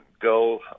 go